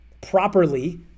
properly